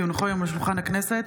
כי הונחו היום על שולחן הכנסת,